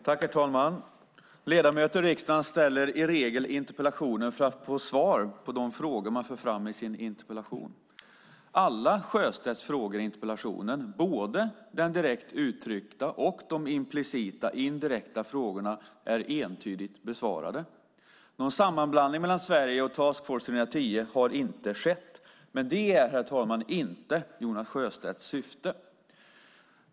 Herr talman! Ledamöter i riksdagen ställer i regel interpellationer för att få svar på de frågor man för fram i sin interpellation. Alla Sjöstedts frågor i interpellationen, både den direkt uttryckta och de implicita, indirekta frågorna, är entydigt besvarade: Någon sammanblandning mellan Sverige och Task Force 3-10 har inte skett. Detta är dock, herr talman, inte Jonas Sjöstedts syfte.